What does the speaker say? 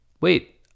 wait